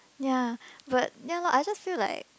ya but ya loh I also feel like